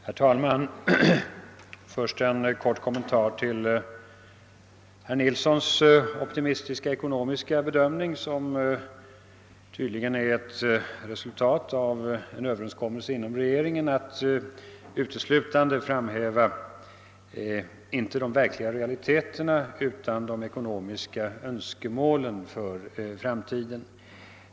Herr talman! Först en kort kommentar till herr Nilssons optimistiska eko nomiska bedömning, som tydligen är ett resultat av en överenskommelse inom regeringen att uteslutande framhäva, icke de verkliga realiteterna utan de ekonomiska drömmarna för framtiden.